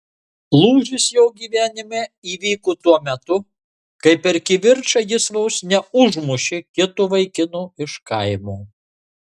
lūžis jo gyvenime įvyko tuo metu kai per kivirčą jis vos neužmušė kito vaikino iš kaimo